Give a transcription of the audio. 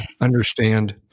understand